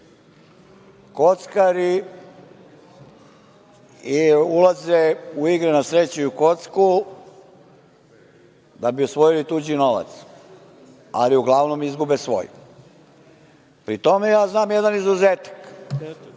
Kockari ulaze u igre na sreću i u kocku da bi osvojili tuđi novac, ali uglavnom izgube svoj. Pri tome, ja znam jedan izuzetak,